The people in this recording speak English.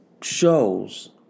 shows